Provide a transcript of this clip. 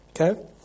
Okay